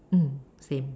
mm same